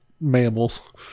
mammals